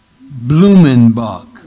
Blumenbach